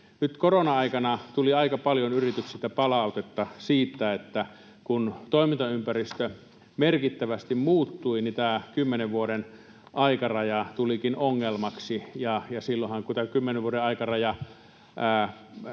korona-aikana tuli aika paljon yrityksiltä palautetta siitä, että kun toimintaympäristö merkittävästi muuttui, niin tämä 10 vuoden aikaraja tulikin ongelmaksi. Silloinhan, kun tämä 10 vuoden aikaraja